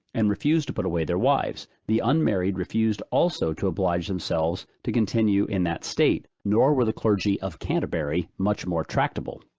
and refused to put away their wives the unmarried refused also to oblige themselves to continue in that state nor were the clergy of canterbury much more tractable.